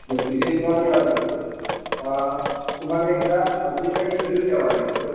मग तिथे तुम्हाला यावं लागेल तुम्हाला एकदा अजून एकदा इंटरव्यू द्यावा लागेल सर